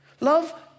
love